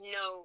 no